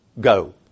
go